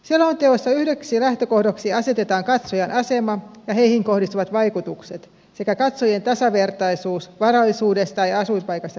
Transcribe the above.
selonteossa yhdeksi lähtökohdaksi asetetaan katsojien asema ja heihin kohdistuvat vaikutukset sekä katsojien tasavertaisuus varallisuudesta ja asuinpaikasta riippumatta